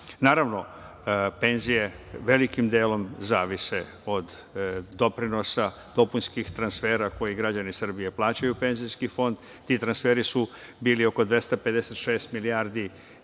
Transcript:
nazad. Naravno, penzije velikim delom zavise od doprinosa, dopunskih transfera kojim građani Srbije plaćaju penzijski fond. Ti transferi su bili oko 256 milijardi